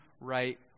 right